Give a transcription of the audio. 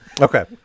Okay